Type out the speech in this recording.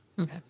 Okay